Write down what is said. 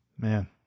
Man